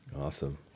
Awesome